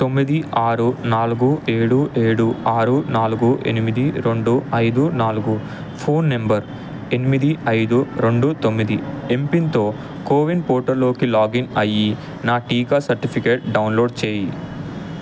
తొమ్మిది ఆరు నాలుగు ఏడు ఏడు ఆరు నాలుగు ఎనిమిది రెండు ఐదు నాలుగు ఫోన్ నంబర్ ఎనిమిది ఐదు రెండు తొమ్మిది ఎంపిన్తో కోవిన్ పోర్టల్లోకి లాగిన్ అయ్యి నా టీకా సర్టిఫికేట్ డౌన్లోడ్ చెయ్యి